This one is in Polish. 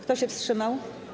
Kto się wstrzymał?